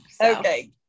Okay